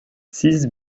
six